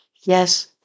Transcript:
yes